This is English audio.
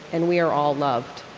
and we are all loved.